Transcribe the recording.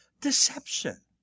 Deception